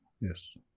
Yes